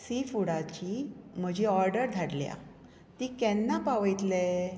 सीफूडाची म्हजी ऑर्डर धाडल्या ती केन्ना पावयतले